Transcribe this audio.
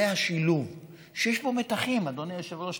זה השילוב שיש בו מתחים, אדוני היושב-ראש,